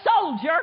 soldier